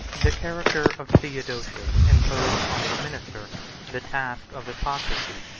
the character of theodosius imposed on his minister the task of hypocrisy,